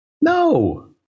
No